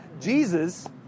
Jesus